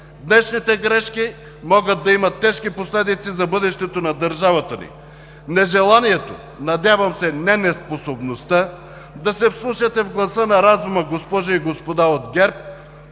Днешните грешки могат да имат тежки последици за бъдещето на държавата ни. Нежеланието, надявам се, не неспособността да се вслушате в гласа на разума, госпожи и господа от ГЕРБ,